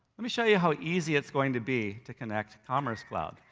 let me show you how easy it's going to be to connect to commerce cloud.